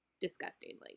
disgustingly